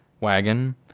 wagon